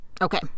Okay